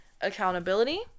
accountability